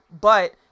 But-